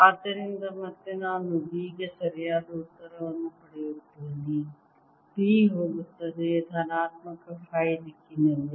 ಆದ್ದರಿಂದ ಮತ್ತೆ ನಾನು B ಗೆ ಸರಿಯಾದ ಉತ್ತರವನ್ನು ಪಡೆಯುತ್ತೇನೆ B ಹೋಗುತ್ತದೆ ಧನಾತ್ಮಕ ಫೈ ದಿಕ್ಕಿನಲ್ಲಿ